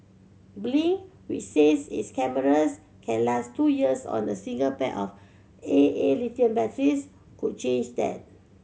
blink which says its cameras can last two years on a single pair of A A lithium batteries could change then